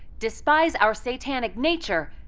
despise our satanic nature,